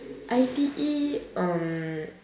I_T_E um